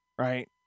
right